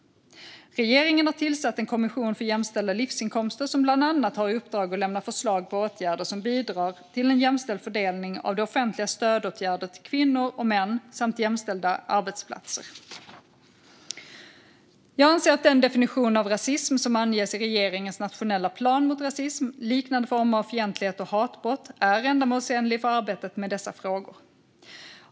Regeringen har tillsatt en kommission för jämställda livsinkomster som bland annat har i uppdrag att lämna förslag på åtgärder som bidrar till en jämställd fördelning av det offentligas stödåtgärder till kvinnor och män samt jämställda arbetsplatser. Jag anser att den definition av rasism som anges i regeringens nationella plan mot rasism, liknande former av fientlighet och hatbrott är ändamålsenlig för arbetet med dessa frågor.